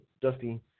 Duffy